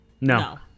No